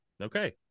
Okay